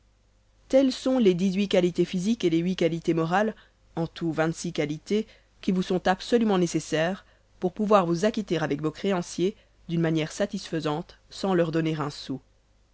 telles sont les dix-huit qualités physiques et les huit qualités morales en tout vingt-six qualités qui vous sont absolument nécessaires pour pouvoir vous acquitter avec vos créanciers d'une manière satisfaisante sans leur donner un sou